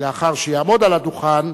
לאחר שיעמוד על הדוכן,